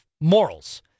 morals